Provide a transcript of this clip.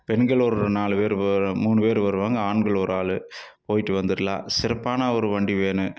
பெண்கள் ஒரு நாலு பேர் வ மூணு பேர் வருவாங்க ஆண்கள் ஒரு ஆள் போயிட்டு வந்துடலாம் சிறப்பான ஒரு வண்டி வேணும்